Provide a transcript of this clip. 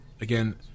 again